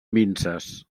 minses